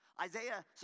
Isaiah